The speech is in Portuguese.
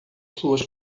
suas